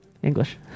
English